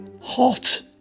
Hot